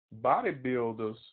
Bodybuilders